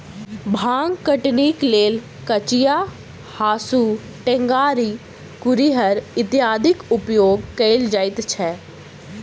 भांग कटनीक लेल कचिया, हाँसू, टेंगारी, कुरिहर इत्यादिक उपयोग कयल जाइत छै